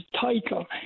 title